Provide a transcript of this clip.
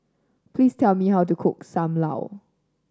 please tell me how to cook Sam Lau